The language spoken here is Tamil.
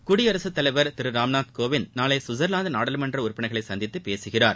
குடியரசுத்தலைவர் திரு ராம்நாத்கோவிந்த் நாளை கவிட்சர்வாந்து நாடாளுமன்ற உறுப்பினர்களை சந்தித்து பேசுகிறார்